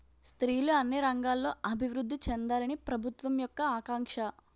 స్త్రీలు అన్ని రంగాల్లో అభివృద్ధి చెందాలని ప్రభుత్వం యొక్క ఆకాంక్ష